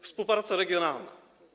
Współpraca regionalna.